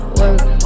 work